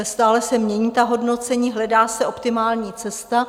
Stále se mění hodnocení, hledá se optimální cesta.